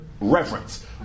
reverence